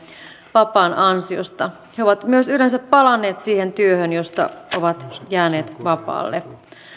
vapaan ansiosta he ovat myös yleensä palanneet siihen työhön josta ovat jääneet vapaalle